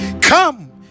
come